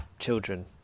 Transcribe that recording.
children